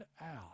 out